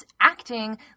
acting